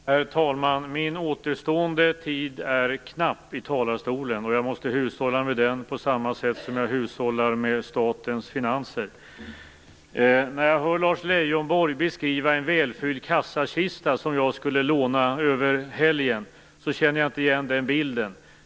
Herr talman! Min återstående tid i talarstolen är knapp. Jag måste hushålla med den på samma sätt som jag hushållar med statens finanser. När jag hör Lars Leijonborg beskriva en välfylld kassakista som jag skulle låna över helgen känner jag inte igen bilden.